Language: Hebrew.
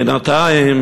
בינתיים,